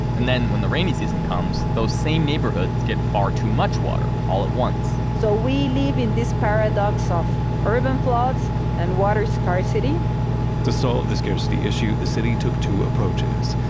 and then, when the rainy season comes, those same neighborhoods get far too much water all at once so, we live in this paradox of urban floods and water scarcity to solve the scarcity issue, the city took two approaches.